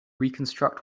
reconstruct